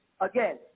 again